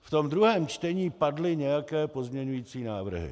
V tom druhém čtení padly nějaké pozměňovací návrhy.